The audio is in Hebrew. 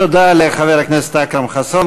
תודה לחבר הכנסת אכרם חסון.